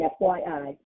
FYI